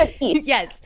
Yes